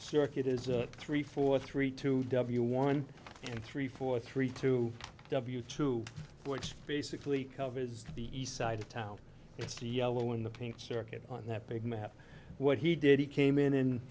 circuit is a three four three two w one three four three two w two which basically covers the east side of town the yellow and the pink circuit on that big map what he did he came in in